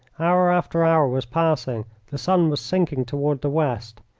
hour after hour was passing the sun was sinking toward the west.